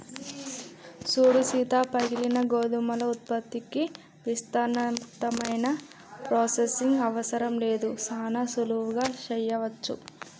సూడు సీత పగిలిన గోధుమల ఉత్పత్తికి విస్తృతమైన ప్రొసెసింగ్ అవసరం లేదు సానా సులువుగా సెయ్యవచ్చు